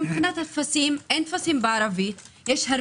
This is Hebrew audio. גם מבחינת הטפסים אין טפסים בערבית.